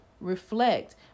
reflect